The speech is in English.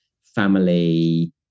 family